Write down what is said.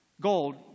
Gold